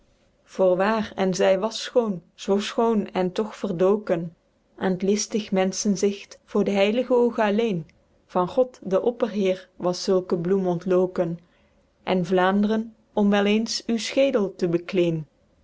voorwaer en zy was schoon zoo schoone en toch verdoken aen t listig menschenzigt voor d'heilige ooge alleen van god den opperheer was zulke bloeme ontloken en vlaendren om weleens uw schedel te